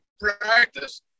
practice